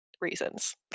reasons